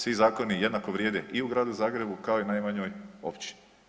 Svi zakoni jednako vrijede i u Gradu Zagrebu kao i u najmanjoj općini.